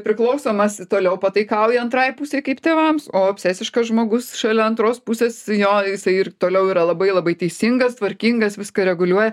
priklausomas toliau pataikauja antrai pusei kaip tėvams o obsesiškas žmogus šalia antros pusės jo jisai ir toliau yra labai labai teisingas tvarkingas viską reguliuoja